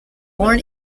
born